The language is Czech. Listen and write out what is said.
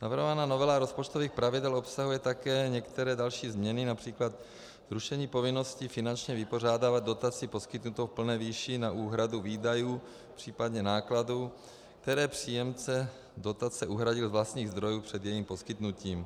Navrhovaná novela rozpočtových pravidel obsahuje také některé další změny, například rušení povinnosti finančně vypořádávat dotaci poskytnutou v plné výši na úhradu výdajů, případně nákladů, které příjemce dotace uhradil z vlastních zdrojů před jejím poskytnutím.